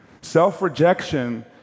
Self-rejection